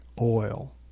oil